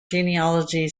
genealogy